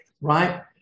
right